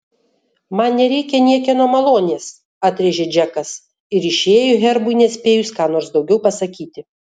man nereikia niekieno malonės atrėžė džekas ir išėjo herbui nespėjus ką nors daugiau pasakyti